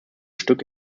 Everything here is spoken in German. stück